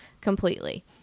completely